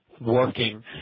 working